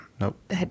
Nope